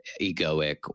egoic